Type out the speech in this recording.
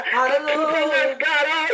Hallelujah